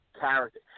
character